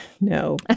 No